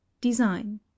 design